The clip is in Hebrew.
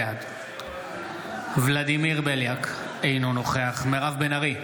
בעד ולדימיר בליאק, אינו נוכח מירב בן ארי,